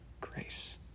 grace